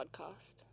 podcast